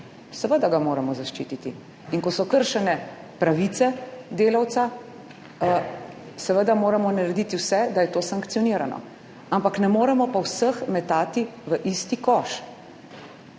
Seveda ga moramo zaščititi in ko so kršene pravice delavca, moramo seveda narediti vse, da je to sankcionirano, ampak ne moremo pa vseh metati v isti koš.